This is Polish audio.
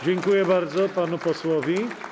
Dziękuję bardzo panu posłowi.